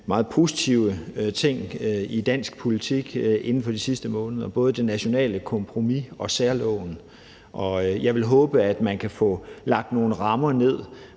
meget positive ting i dansk politik inden for de sidste måneder, både det nationale kompromis og særloven. Jeg vil håbe, at man kan få lagt nogle rammer for